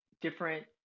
different